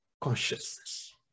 consciousness